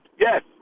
Yes